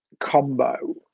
combo